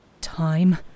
time